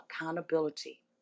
accountability